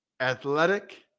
athletic